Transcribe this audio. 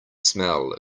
smell